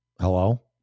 Hello